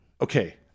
Okay